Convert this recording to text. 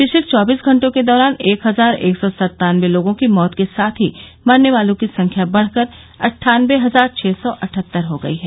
पिछले चौबीस घटों के दौरान एक हजार एक सौ सत्तानबे लोगों की मौत के साथ ही मरने वालों की संख्या बढकर अट्ठानबे हजार छ सौ अठहत्तर हो गई है